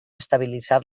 estabilitzar